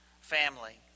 family